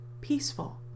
peaceful